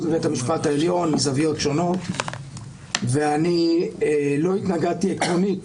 בבית המשפט העליון מזוויות שונות ואני לא התנגדתי עקרונית